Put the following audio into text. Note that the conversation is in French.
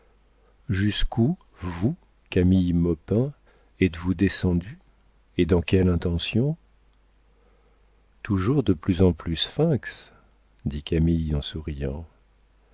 moi jusqu'où vous camille maupin êtes-vous descendue et dans quelle intention toujours de plus en plus sphinx dit camille en souriant